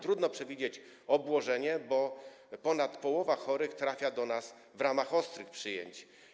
Trudno przewidzieć obłożenie, bo ponad połowa chorych trafia do nas w ramach ostrych przyjęć.